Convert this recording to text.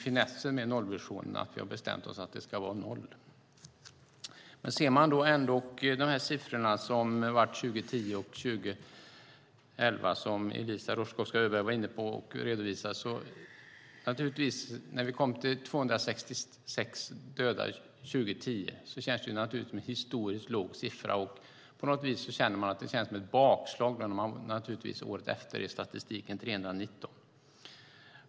Finessen med nollvisionen är att vi har bestämt oss för att det ska vara noll. Man kan se på siffrorna från 2010 och 2011, som Eliza Roszkowska Öberg redovisade. När vi kom till 266 dödade år 2010 kändes det som en historiskt låg siffra. På något vis känns det som ett bakslag när siffran året efter är 319.